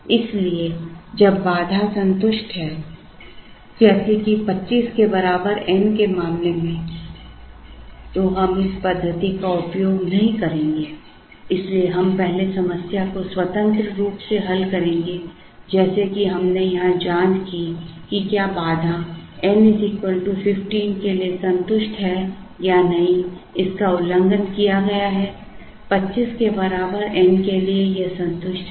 इसलिए जब बाधा संतुष्ट है जैसे कि 25 के बराबर n के मामले में तो हम इस पद्धति का उपयोग नहीं करेंगे इसलिए हम पहले समस्या को स्वतंत्र रूप से हल करेंगे जैसे कि हमने यहां जांच की कि क्या बाधा N 15 के लिए संतुष्ट है या नहीं इसका उल्लंघन किया गया है 25 के बराबर N के लिए यह संतुष्ट है